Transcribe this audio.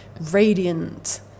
radiant